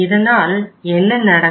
இதனால் என்ன நடக்கும்